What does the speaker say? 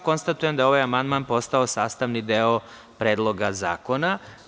Konstatujem da je ovaj amandman postao sastavni deo Predloga zakona.